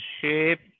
shape